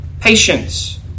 patience